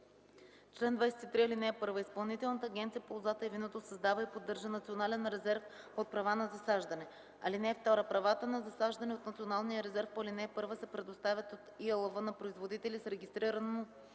„Чл. 23. (1) Изпълнителната агенция по лозата и виното създава и поддържа Национален резерв от права на засаждане. (2) Правата на засаждане от Националния резерв по ал. 1 се предоставят от ИАЛВ на производители с регистрирано